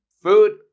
food